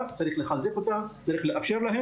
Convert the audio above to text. קשה, אז לפחות להפחית אם זה רק מה שאפשר.